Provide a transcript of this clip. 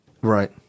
Right